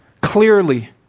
clearly